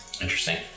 Interesting